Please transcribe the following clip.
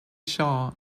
shaw